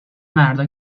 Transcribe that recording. مردا